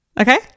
Okay